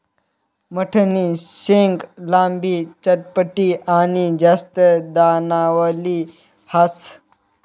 मठनी शेंग लांबी, चपटी आनी जास्त दानावाली ह्रास